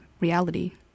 reality